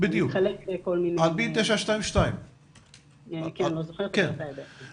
בדיוק, על פי 922. לא זוכרת, אבל אתה יודע.